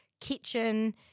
Kitchen